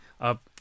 up